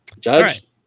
Judge